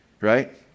right